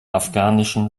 afghanischen